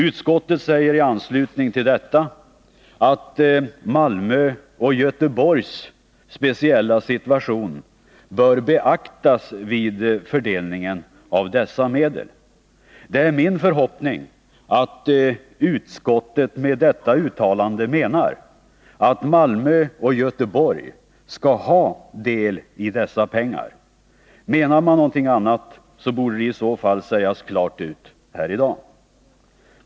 Utskottet säger i anslutning till detta att den speciella situationen för Malmö och Göteborg bör beaktas vid fördelningen av dessa medel. Det är min förhoppning att utskottet med detta uttalande menar att Malmö och Göteborg skall ha del av dessa pengar. Menar man någonting annat, borde det i så fall sägas klart ut här i dag.